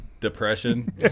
depression